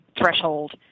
threshold